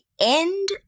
End